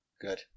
Good